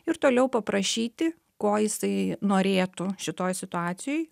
ir toliau paprašyti ko jisai norėtų šitoj situacijoj